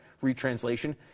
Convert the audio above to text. retranslation